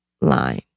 line